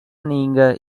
நீங்க